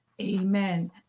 Amen